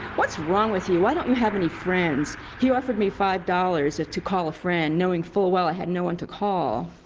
what's wrong with you, why don't you have any friends? he offered me five dollars to call a friend, knowing full well i had no one to call.